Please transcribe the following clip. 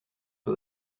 for